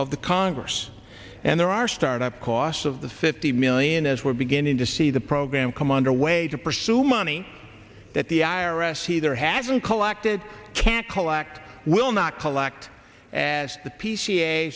of the congress and there are start up costs of the fifty million as we're beginning to see the program come under way to pursue money that the i r s he there has been collected can't call act will not collect as the p c